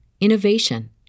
innovation